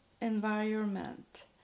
Environment